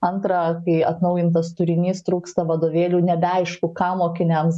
antra kai atnaujintas turinys trūksta vadovėlių nebeaišku ką mokiniams